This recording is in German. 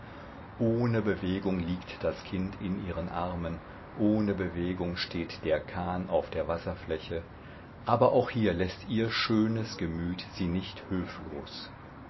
ohne bewegung liegt das kind in ihren armen ohne bewegung steht der kahn auf der wasserfläche aber auch hier läßt ihr schönes gemüt sie nicht hülflos